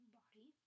body